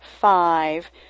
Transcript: five